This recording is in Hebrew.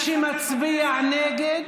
מי שמצביע נגד,